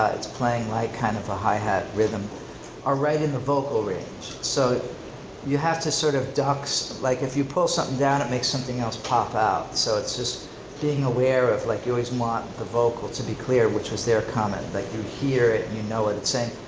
ah it's playing like kind of a high hat rhythm are right in the vocal range. so you have to sort of ducks, like if you pull something down it makes something else pop out so it's just being aware of like you always want the vocal to be clear which was their comment. like you hear it and you know what it's saying.